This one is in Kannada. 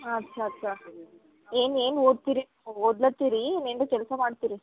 ಹಾಂ ಅಚ್ಚ ಅಚ್ಚ ಏನು ಏನು ಓದ್ತಿರಿ ನೀವು ಓದ್ಲತ್ತಿರೀ ಇನ್ನ ಏನ್ರ ಕೆಲಸ ಮಾಡ್ತಿರಿ